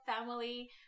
family